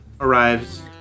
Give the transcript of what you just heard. arrives